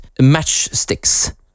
matchsticks